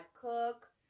cook